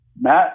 Matt